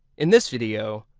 in this video,